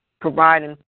providing